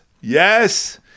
Yes